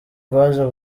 rwaje